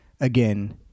again